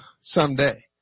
someday